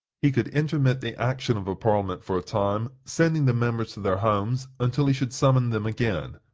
he could intermit the action of a parliament for a time, sending the members to their homes until he should summon them again.